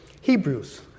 Hebrews